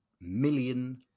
million